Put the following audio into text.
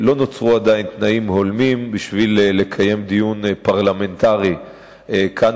לא נוצרו עדיין תנאים הולמים לקיום דיון פרלמנטרי כאן,